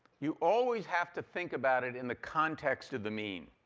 you always have to think about it in the context of the mean.